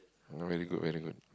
very good very good